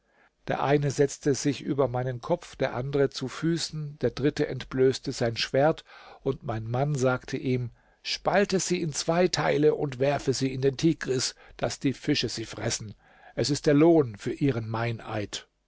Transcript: der eine setzte sich über meinen kopf der andere zu füßen der dritte entblößte sein schwert und mein mann sagte ihm spalte sie in zwei teile und werfe sie in den tigris daß die fische sie fressen es ist der lohn für ihren meineid